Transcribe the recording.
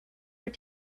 were